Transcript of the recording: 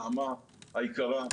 נעמה היקרה,